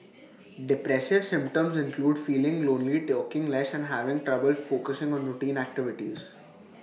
depressive symptoms include feeling lonely talking less and having trouble focusing on routine activities